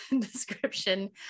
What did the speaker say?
description